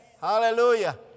Hallelujah